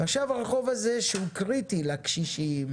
עכשיו הרחוב הזה שהוא קריטי לקשישים,